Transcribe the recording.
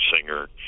singer